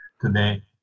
today